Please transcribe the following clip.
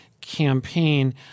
campaign